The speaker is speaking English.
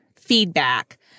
feedback